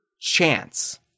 Chance